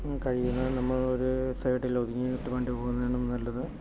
കഴിയുന്നതും നമ്മൾ ഒരു സൈഡിൽ ഒതുങ്ങിയിട്ട് വണ്ടി പോകുന്നതാണ് നല്ലത്